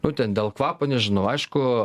nu ten dėl kvapo nežinau aišku